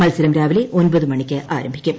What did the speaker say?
മത്സരം രാവിലെ ഒമ്പത് മണിക്ക് ആരംഭിക്കും